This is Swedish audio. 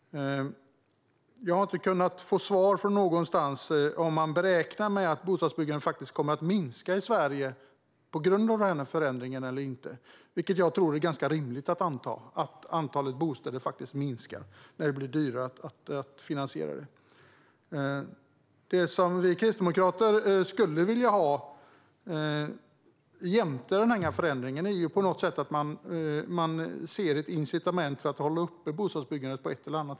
Jag har inte kunnat få svar någonstans ifrån på frågan om man räknar med att bostadsbyggandet i Sverige kommer att minska eller inte på grund av den här förändringen. Jag tror att det är ett ganska rimligt antagande att antalet bostäder faktiskt minskar när det blir dyrare att finansiera dem. Det vi kristdemokrater skulle vilja ha jämte den här förändringen är att man ser ett incitament för att på ett eller annat sätt hålla uppe bostadsbyggandet.